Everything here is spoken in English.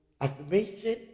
affirmation